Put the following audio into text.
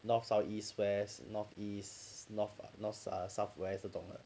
north south east west north east north north ah south west 这种 lor